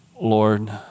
Lord